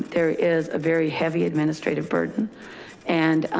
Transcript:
there is a very heavy administrative burden and,